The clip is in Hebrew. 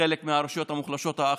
חלק מהרשויות המוחלשות האחרות,